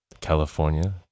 California